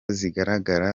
zigaragara